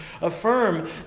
Affirm